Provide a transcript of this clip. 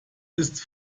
ist